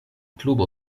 klubo